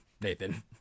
Nathan